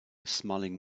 smiling